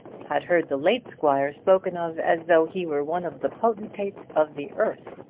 had heard the late squire spoken of as though he were one of the potentates of the earth.